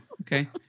Okay